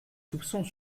soupçons